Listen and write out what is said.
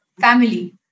family